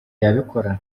yabikora